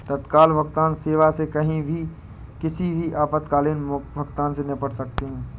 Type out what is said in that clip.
तत्काल भुगतान सेवा से कहीं भी किसी भी आपातकालीन भुगतान से निपट सकते है